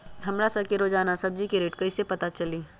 हमरा सब के रोजान सब्जी के रेट कईसे पता चली?